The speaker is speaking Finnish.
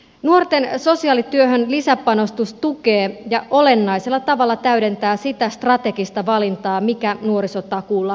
nuorten sosiaalityöhön lisäpanostus tukee ja olennaisella tavalla täydentää sitä strategista valintaa mikä nuorisotakuulla on jo tehty